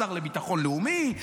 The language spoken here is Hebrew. שר לביטחון לאומי,